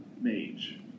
Mage